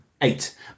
Eight